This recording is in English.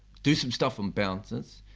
do some stuff on bouncers,